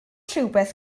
rhywbeth